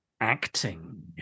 acting